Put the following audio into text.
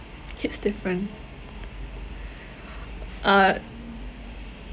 kids different uh